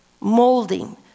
molding